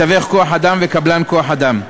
מתווך כוח-אדם וקבלן כוח-אדם.